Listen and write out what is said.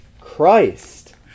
Christ